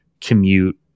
commute